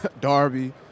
Darby